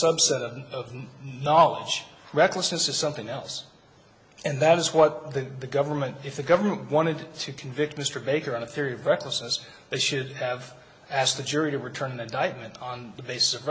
subset of the knowledge recklessness or something else and that is what the government if the government wanted to convict mr baker on the theory of recklessness it should have asked the jury to return the diamond on the basis of